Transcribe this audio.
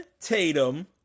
Tatum